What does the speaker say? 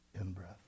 in-breath